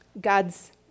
God's